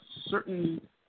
certain